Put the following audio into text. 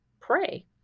pray